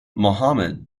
muhammad